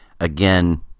again